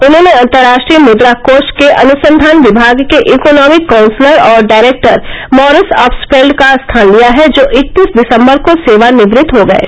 उन्होंने अंतर्राष्ट्रीय मुद्रा कोष के अनुसंधान विभाग के इकोनॉमिक काउन्सलर और डायरेक्टर मॉरिस ऑक्टफेल्ड का स्थान लिया है जो इकतीस दिसंबर को सेवा निवृत्त हो गये